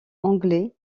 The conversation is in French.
anglais